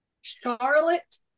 Charlotte